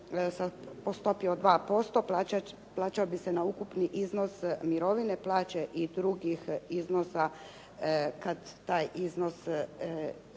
po stopi od 2% plaćao bi se na ukupni iznos mirovine, plaće i drugih iznosa kad taj iznos se